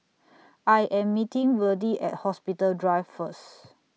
I Am meeting Verdie At Hospital Drive First